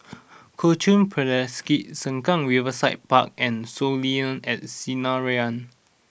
Kuo Chuan Presbyterian Sengkang Riverside Park and Soleil at Sinaran